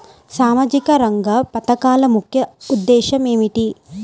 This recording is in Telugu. సామాజిక రంగ పథకాల ముఖ్య ఉద్దేశం ఏమిటీ?